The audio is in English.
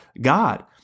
God